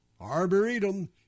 Arboretum